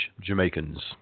Jamaicans